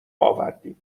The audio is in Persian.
آوردیم